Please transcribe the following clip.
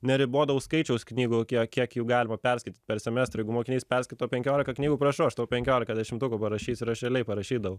neribodavau skaičiaus knygų kiek kiek jų galima perskaityt per semestrą jeigu mokinys perskaito penkiolika knygų prašau aš tau penkiolika dešimtukų parašysiu ir aš realiai parašydavau